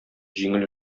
җиңел